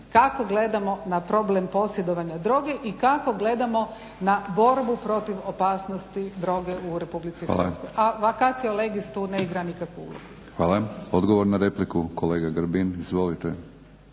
kako gledamo na problem posjedovanja droge i kako gledamo na borbu protiv opasnosti droge u RH. A vacatio legis tu ne igra nikakvu ulogu. **Batinić, Milorad (HNS)** Hvala. Odgovor na repliku, kolega Grbin. Izvolite.